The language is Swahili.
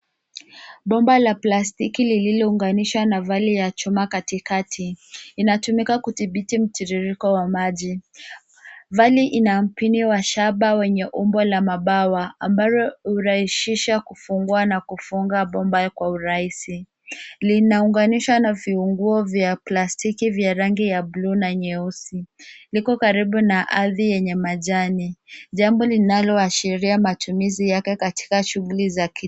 Bomba la plastiki lililounganishwa na vali ya chuma katikati. Inatumika kudhibiti mtiririko wa maji. Vali ina mpini wa shaba wenye umbo la mabawa ambalo hurahisisha kufungua na kufunga bomba kwa urahisi. Linaunganishwa na viunguo vya plastiki vya rangi ya bluu na nyeusi. Liko karibu na ardhi yenye majani, jambo linaloashiria matumizi yake katika shughuli za kilimo.